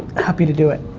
happy to do it.